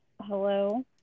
hello